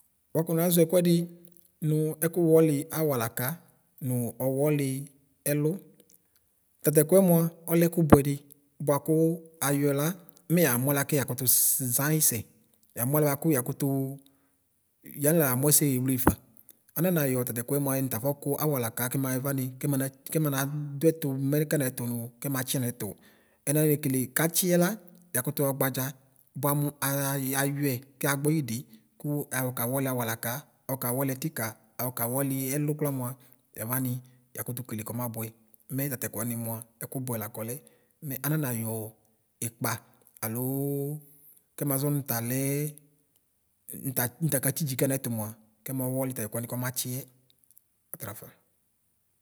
Waks naʒɔ ɛkvɛdi nʋ ɛkʋwɔli awalaka nʋ ɔwɔli ɛlʋ tatɛkvɛ mʋa ɔlɛ ɛkʋbʋɛdi bvakʋ ayɔ la mɛ yamʋ alɛ bʋakʋ yakʋtʋʋʒ ʒayi sɛ yamʋ alɛ bvakʋ yakʋtʋ yamiɣla yamʋ ɛsɛ bʋatʋ yewleƒa ananayɔ tɛtɛkʋɛ mva yɛnʋ tafɔku awalata Kɛmays vani kɛmana kɛmana tʋɛtʋ mɛkanɛtu nʋ Kɛmatsi yanɛtʋ ɛnayi nekele katsi yɛla yakʋtʋ xa ɔgbadʒa bva nʋ axayayɔɛ Kagbidi kʋ ayɔ kawɔli awalaka kawɔli ɛtika ɛlʋ klʋu mʋa yavani yakʋtʋ kele kɔma bʋɛ mɛ tʋtɛkʋ wani mʋa ɛkʋbʋɛ lakɔlɛ ananayɔ ikpa alo kɛmaʒɔnʋ talɛ nʋtaka tsidʒʋi kaya wʋa kɛmɔ wɔli tatɛkʋ wani ksmatsi yɛ Ɔtalaƒa.